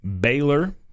Baylor